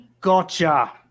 gotcha